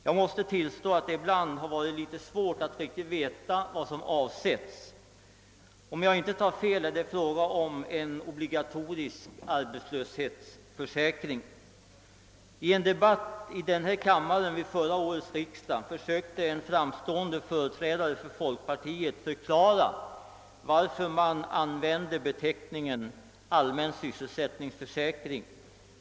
Jag måste tillstå att det ibland har varit litet svårt att riktigt veta vad som avsetts. Om jag inte tar fel är det fråga om en obligatorisk arbetslöshetsförsäkring. I en debatt i denna kammare vid förra årets riksdag försökte en framstående företrädare för folkpartiet förklara varför man använder beteckningen all män sysselsättningsförsäkring.